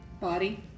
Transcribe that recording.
body